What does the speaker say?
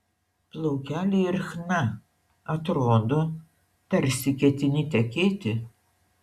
plaukeliai ir chna atrodo tarsi ketini tekėti